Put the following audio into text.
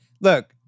Look